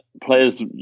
players